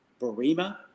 Barima